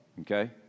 okay